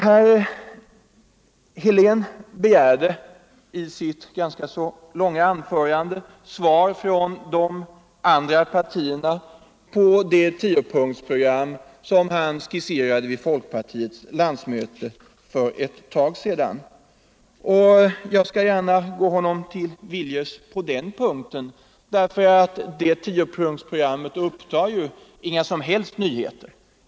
Herr Helén begärde i sitt ganska långa anförande svar från de andra partierna om det tiopunktsprogram som han skisserade vid folkpartiets landsmöte för ett tag sedan. Jag skall gärna gå honom till mötes på den punkten. Detta tiopunktsprogram upptar inte några som helst nyheter.